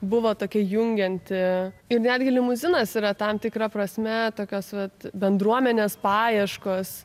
buvo tokia jungianti ir netgi limuzinas yra tam tikra prasme tokios vat bendruomenės paieškos